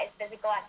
physical